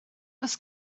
oes